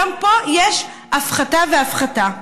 גם פה יש הפחתה והפחתה.